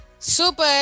Super